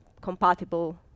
compatible